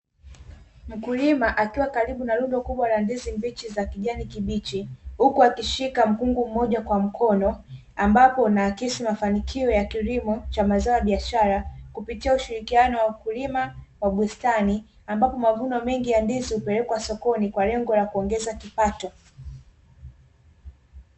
Mkulima akiwa karibu na rundo la ndizi nyingi za kijani kibichi, huku akishika mkungu mmoja kwa mkono, ambapo unaakisi mafanikio ya kilimo cha mazao ya biashara, kupitia ushirikiano wa wakulima wa bustani, ambapo mavuno mengi ya ndizi hupelekwa sokoni kwa lengo la kuongeza kipato.